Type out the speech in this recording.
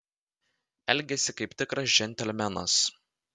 elgėsi kaip tikras džentelmenas